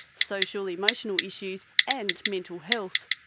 social, emotional issues and mental health.